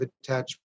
attachment